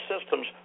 systems